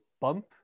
bump